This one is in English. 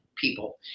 people